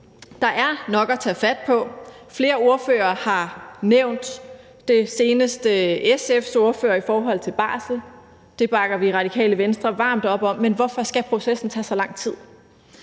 Der er nok at tage fat på, og flere ordførere har nævnt det. Senest gælder det SF's ordfører i forhold til barsel, og det bakker vi i Det Radikale Venstre varmt op om, men hvorfor skal processen tage så lang tid?